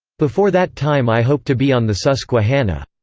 before that time i hope to be on the susquehanna.